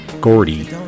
Gordy